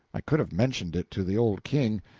i could have mentioned it to the old king,